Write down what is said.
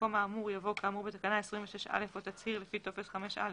במקום "האמור" יבוא "כאמור בתקנה 26א או תצהיר לפי טופס 5א